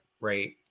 right